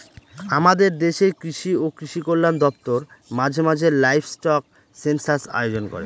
আমাদের দেশের কৃষি ও কৃষি কল্যাণ দপ্তর মাঝে মাঝে লাইভস্টক সেনসাস আয়োজন করে